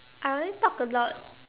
I only talk a lot